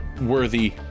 worthy